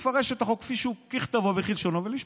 לפרש את החוק ככתבו וכלשונו ולשפוט.